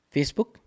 Facebook